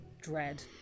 dread